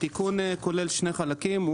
התיקון כולל שני חלקים.